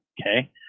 Okay